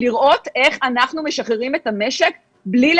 לראות איך אנחנו משחררים את המשק בלי ל